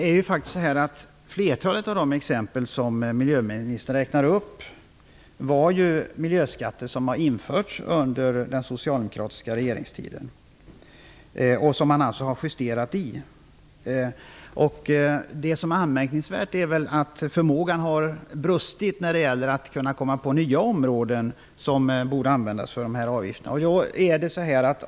Fru talman! Flertalet av de exempel som miljöministern räknar upp är miljöskatter som har införts under den socialdemokratiska regeringstiden men som man har gjort justeringar i. Det anmärkningsvärda är att förmågan har brustit när det gäller att komma på nya områden att sätta in avgifter på.